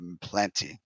plenty